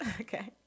Okay